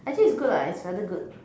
actually it's good lah it's rather good